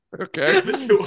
Okay